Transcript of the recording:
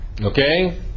Okay